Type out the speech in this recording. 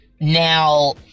now